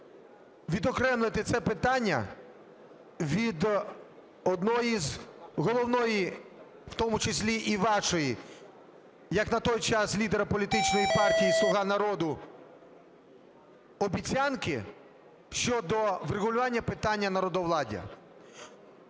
відокремити це питання від одної з головної, в тому числі і вашої як на той час лідера політичної партії "Слуга народу", обіцянки щодо врегулювання питання народовладдя.